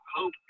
hope